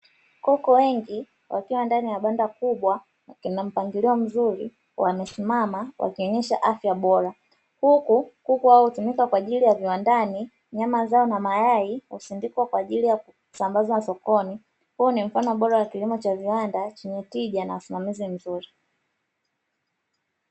Kuku wengi wakiwa ndani ya banda kubwa lenye mpangilio mzuri, wamesimama wakionyesha afya bora, huku kuku hao hutumika kwa ajili ya viwandani nyama zao na mayai kusindikwa kwa ajili ya kusambaza sokoni, huu ni mfano bora wa kilimo cha viwanda chenye tija na usimamizi mzuri.